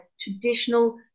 traditional